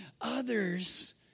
others